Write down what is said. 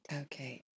okay